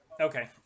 Okay